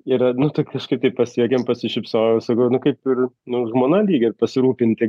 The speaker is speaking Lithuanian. ir nu tai kažkaip tai pasijuokėm pasišypsojau sakau nu kaip ir nu žmona lyg ir pasirūpinti